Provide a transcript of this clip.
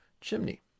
chimney